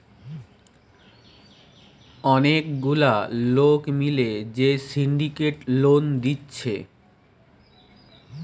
অনেক গুলা লোক মিলে যে সিন্ডিকেট লোন দিচ্ছে